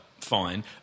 Fine